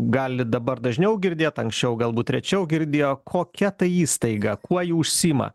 gali dabar dažniau girdėt anksčiau galbūt rečiau girdėjo kokia ta įstaiga kuo ji užsiima